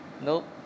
Nope